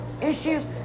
issues